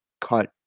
cut